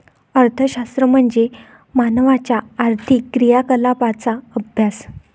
अर्थशास्त्र म्हणजे मानवाच्या आर्थिक क्रियाकलापांचा अभ्यास